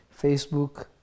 Facebook